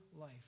life